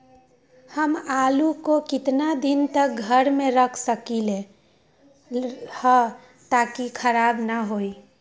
हम आलु को कितना दिन तक घर मे रख सकली ह ताकि खराब न होई?